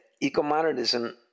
eco-modernism